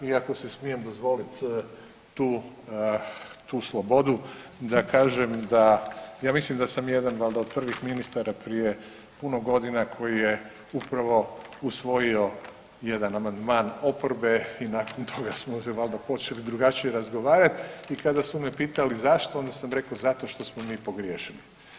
I ako si smijem dozvoliti tu, tu slobodu da kažem da ja mislim da sam valjda jedan od prvih ministra prije puno godina koji je upravo usvojio jedan amandman oporbe i nakon toga smo se valjda počeli drugačije razgovarati i kada su me pitali zašto, onda sam rekao zato što smo mi pogriješili.